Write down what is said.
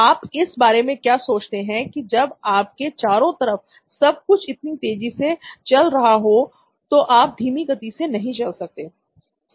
आप इस बारे में क्या सोचते हैं की जब आप के चारों तरफ सब कुछ इतनी तेजी से चल रहा हो तो आप धीमी गति से नहीं चल सकते हैं